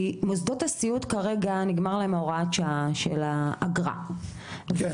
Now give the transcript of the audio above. מוסדות הסיעוד כרגע נגמרה להם הוראת השעה של האגרה והם